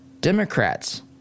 Democrats